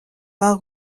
vin